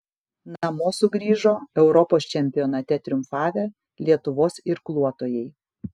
namo sugrįžo europos čempionate triumfavę lietuvos irkluotojai